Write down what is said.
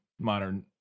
Modern